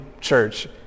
church